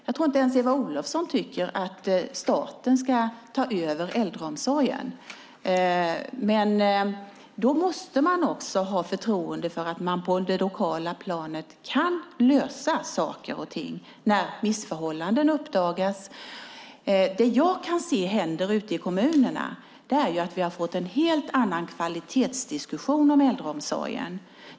Jag tror att inte ens Eva Olofsson tycker att staten ska ta över äldreomsorgen. Då måste man också ha förtroende för att man på det lokala planet kan lösa saker och ting när missförhållanden uppdagas. Det jag kan se händer i kommunerna är att vi får en helt annan kvalitetsdiskussion om äldreomsorgen.